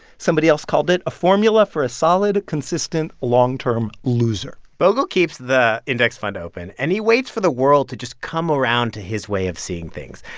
somebody else called it a formula for a solid, consistent long-term loser bogle keeps the index fund open, and he waits for the world to just come around to his way of seeing things.